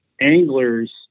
anglers